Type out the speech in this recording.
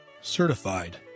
certified